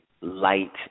light